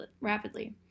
rapidly